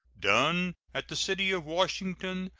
done at the city of washington,